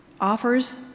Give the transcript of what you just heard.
offers